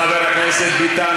חבר הכנסת ביטן,